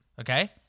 okay